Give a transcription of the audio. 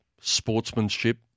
sportsmanship